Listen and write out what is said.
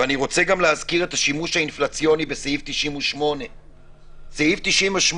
אני רוצה גם להזכיר את השימוש האינפלציוני בסעיף 98. סעיף 98,